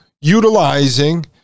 utilizing